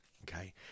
okay